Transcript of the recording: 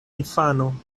infano